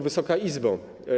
Wysoka Izbo!